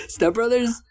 Stepbrothers